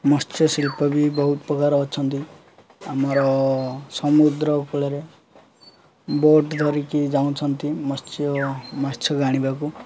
ମତ୍ସ୍ୟଶିଳ୍ପ ବି ବହୁତ ପ୍ରକାର ଅଛନ୍ତି ଆମର ସମୁଦ୍ର କୁଳରେ ବୋଟ୍ ଧରିକି ଯାଉଁଛନ୍ତି ମତ୍ସ୍ୟ ମାତ୍ସ ଆାଣିବାକୁ